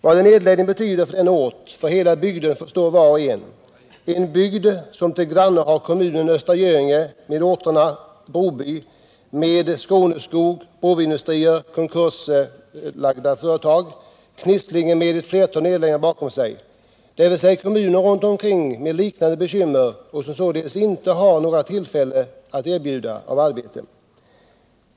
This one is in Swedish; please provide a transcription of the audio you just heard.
Vad en nedläggning betyder för denna ort och för hela bygden förstår var och en, då den till granne har Östra Göinge, där företagen Skåneskog och Broby Industrier, båda i Broby, gått i konkurs och där det också har förekommit flera nedläggningar i Knisslinge. Omkringliggande kommuner har alltså liknande bekymmer och kan inte erbjuda några arbetstillfällen.